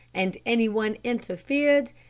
and any one interfered,